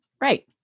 Right